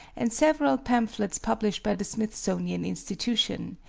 and several pamphlets published by the smithsonian institution,